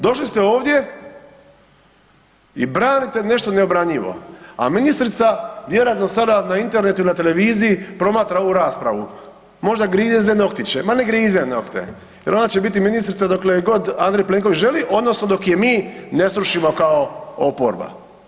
Došli ste ovdje i branite nešto neobranjivo, a ministrica vjerojatno sada na internetu ili na televiziji promatra ovu raspravu, možda grize noktiće, ma ne grize nokte jer ona će biti ministrica dokle je god A. Plenković želi, odnosno dok je mi ne srušimo kao oporba.